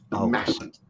massive